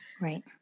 Right